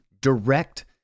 direct